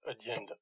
agenda